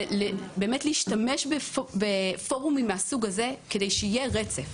ובאמת להשתמש בפורום מהסוג הזה, כדי שיהיה רצף.